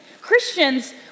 Christians